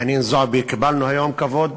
חנין זועבי קיבלנו היום כבוד,